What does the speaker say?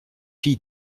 fille